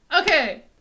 Okay